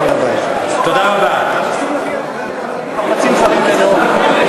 קמעה קמעה, כפי שכתוב במקורות, גם לזה נגיע.